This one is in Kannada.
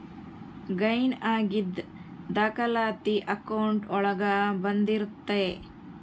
ಗೈನ್ ಆಗಿದ್ ದಾಖಲಾತಿ ಅಕೌಂಟ್ ಒಳಗ ಬಂದಿರುತ್ತೆ